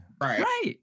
Right